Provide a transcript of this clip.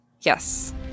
Yes